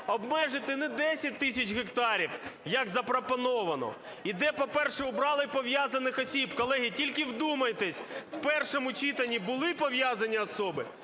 обмежити не 10 тисяч гектарів, як запропоновано. І де, по-перше, убрали пов'язаних осіб, колеги, тільки вдумайтесь, в першому читанні були пов'язані особи,